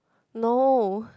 no